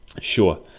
sure